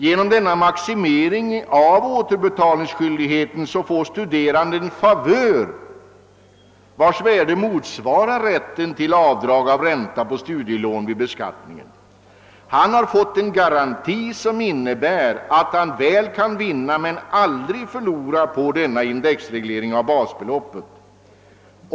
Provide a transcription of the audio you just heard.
Genom denna maximering av återbetalningsskyldigheten får studeranden en favör, vars värde motsvarar rätten till avdrag av ränta på studielån vid beskattningen. Han har fått en garanti som innebär att han väl kan vinna men aldrig förlora på denna indexreglering av basbeloppet.